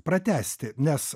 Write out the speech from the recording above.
pratęsti nes